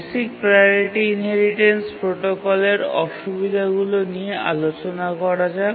basic priority inheritance প্রোটোকলের অসুবিধাগুলি নিয়ে আলোচনা করা যাক